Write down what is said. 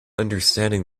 understanding